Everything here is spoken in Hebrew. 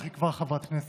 אך היא כבר חברת כנסת.